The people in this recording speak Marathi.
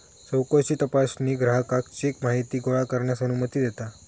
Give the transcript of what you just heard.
चौकशी तपासणी ग्राहकाक चेक माहिती गोळा करण्यास अनुमती देता